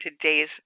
today's